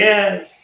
Yes